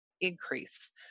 increase